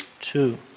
two